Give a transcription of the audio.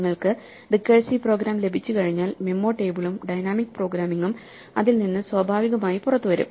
നിങ്ങൾക്ക് recursive program ലഭിച്ചുകഴിഞ്ഞാൽ memo ടേബിളും ഡൈനാമിക് പ്രോഗ്രാമിംഗും അതിൽ നിന്ന് സ്വാഭാവികമായി പുറത്തുവരും